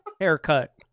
haircut